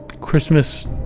Christmas